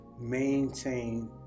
maintain